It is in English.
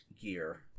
gear